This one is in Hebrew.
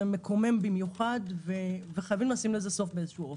זה מקומם במיוחד וחייבים לשים לזה סוף באיזה אופן.